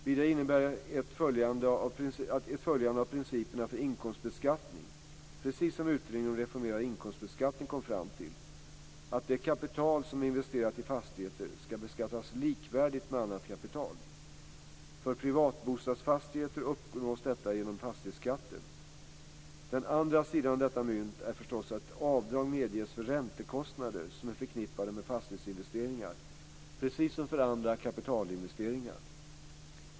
Vidare innebär ett följande av principerna för inkomstbeskattning, precis som utredningen om reformerad inkomstbeskattning kom fram till, att det kapital som är investerat i fastigheter ska beskattas likvärdigt med annat kapital. För privatbostadsfastigheter uppnås detta genom fastighetsskatten. Den andra sidan av detta mynt är förstås att avdrag medges för räntekostnader som är förknippade med fastighetsinvesteringar precis som för andra kapitalinvesteringar.